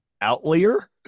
outlier